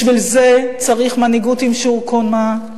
בשביל זה צריך מנהיגות עם שיעור קומה.